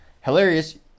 Hilarious